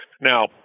Now